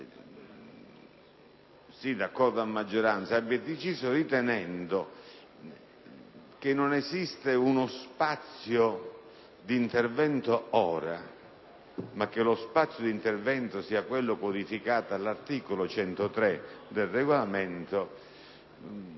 - d'accordo, a maggioranza